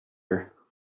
her